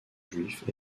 juifs